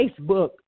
Facebook